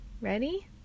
Ready